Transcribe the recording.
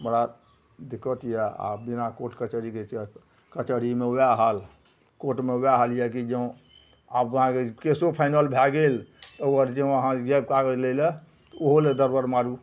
बड़ा दिक्कत यऽ आब बिना कोर्ट कचहरीके कएलासे कचहरीमे वएह हाल कोर्टमे वएह हाल यऽ कि जँ आब हुआँके जे केसो फाइनल भए गेल ओकर जँ अहाँ जाएब कागज लै ले ओहोले दरबर मारू